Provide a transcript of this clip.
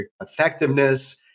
effectiveness